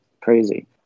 crazy